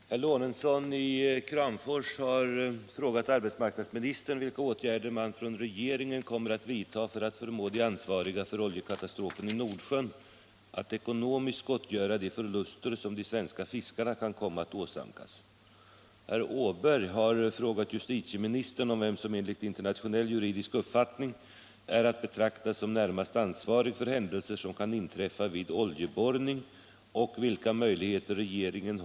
Herr talman! Herr Lorentzon i Kramfors har frågat arbetsmarknadsministern vilka åtgärder man från regeringen kommer att vidta för att förmå de ansvariga för oljekatastrofen i Nordsjön att ekonomiskt gottgöra de förluster som de svenska fiskarna kan komma att åsamkas. Herr Åberg har frågat justitieministern om vem som enligt internationell juridisk uppfattning är att betrakta som närmast ansvarig för händelser som kan inträffa vid oljeborrning och vilka möjligheter regeringen .